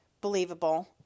believable